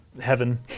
heaven